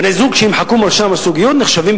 בני-זוג שנמחקו ממרשם הזוגיות נחשבים